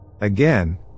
Again